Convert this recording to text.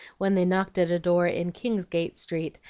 when they knocked at a door in kingsgate street,